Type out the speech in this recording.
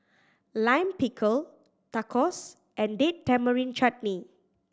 Lime Pickle Tacos and Date Tamarind Chutney